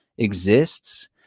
exists